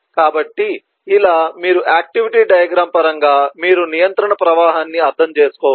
కాబట్టి ఇలా మీరు ఆక్టివిటీ డయాగ్రమ్ పరంగా మీరు నియంత్రణ ప్రవాహాన్ని అర్థం చేసుకోవచ్చు